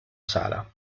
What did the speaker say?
scala